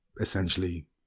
essentially